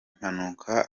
mpanuka